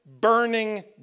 burning